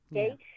Okay